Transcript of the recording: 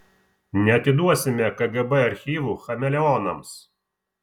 neatiduosime kgb archyvų chameleonams